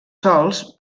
sols